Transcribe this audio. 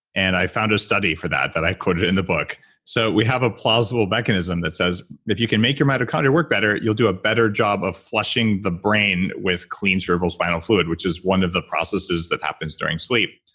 and i found a study for that that i quoted in the book so we have a plausible mechanism that says if you can make your mitochondria work better, you'll do a better job of flushing the brain with clean cerebrospinal fluid, which is one of the processes that happens during sleep.